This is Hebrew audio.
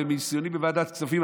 ומניסיוני בוועדת כספים,